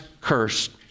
cursed